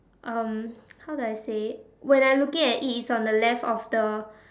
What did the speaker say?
um how do I say when I looking at it it's on the left of the